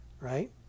right